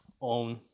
own